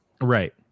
Right